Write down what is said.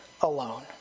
alone